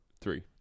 Three